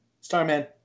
Starman